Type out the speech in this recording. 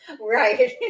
Right